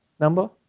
number,